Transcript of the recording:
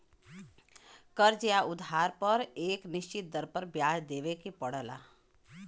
कर्ज़ या उधार पर एक निश्चित दर पर ब्याज देवे के पड़ला